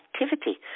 activity